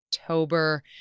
October